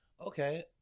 Okay